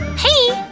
hey!